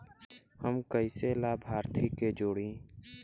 हम कइसे लाभार्थी के जोड़ी?